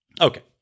Okay